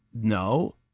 no